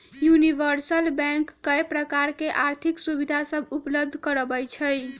universal bank कय प्रकार के आर्थिक सुविधा सभ उपलब्ध करबइ छइ